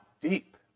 deep